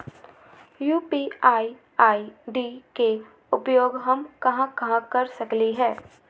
UPI ID के उपयोग हम कहां कहां कर सकली ह?